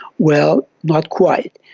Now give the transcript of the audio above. well, not quite.